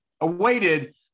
awaited